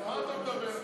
על מה אתה מדבר?